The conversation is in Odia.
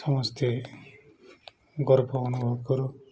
ସମସ୍ତେ ଗର୍ବ ଅନୁଭବ କରୁ